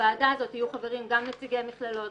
בוועדה הזאת יהיו חברים גם נציגי מכללות,